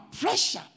pressure